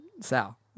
Sal